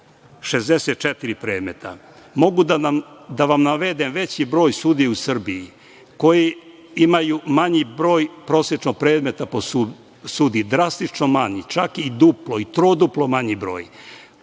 564 predmeta. Mogu da vam navedem veći broj sudija u Srbiji koji imaju manji broj prosečno predmeta po sudiji, drastično manji, čak i duplo i trostruko manji broj,